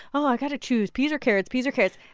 oh, i got to choose peas or carrots, peas or carrots.